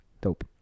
dope